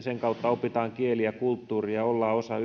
sen kautta opitaan kieli ja kulttuuri ja ollaan osa